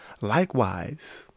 Likewise